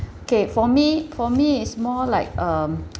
okay for me for me it's more like um